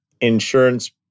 insurance